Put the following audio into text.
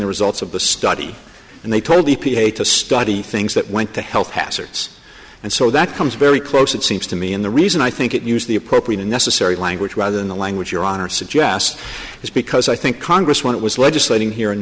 the results of the study and they told d p a to study things that went to health hazards and so that comes very close it seems to me in the reason i think it used the appropriate and necessary language rather than the language your honor suggests is because i think congress when it was legislating here in